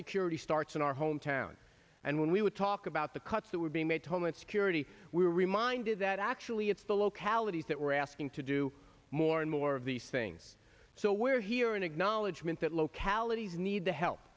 security starts in our hometown and when we would talk about the cuts that were being made to homeland security we're reminded that actually it's the localities that were asking to do more and more of these things so we're here an acknowledgement that localities need to help